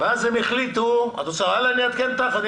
ואז הם החליטו את רוצה הלאה שאני אעדכן אותך?